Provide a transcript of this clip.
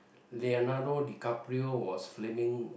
Leonardo DiCaprio was swimming the